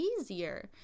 easier